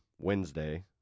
Wednesday